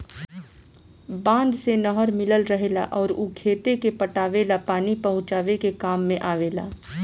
बांध से नहर मिलल रहेला अउर उ खेते के पटावे ला पानी पहुचावे के काम में आवेला